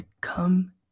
come